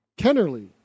Kennerly